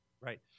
Right